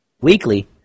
weekly